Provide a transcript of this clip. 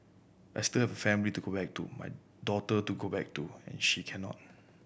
I still family to go back to my daughter to go back to and she cannot